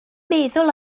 meddwl